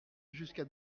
jusqu’à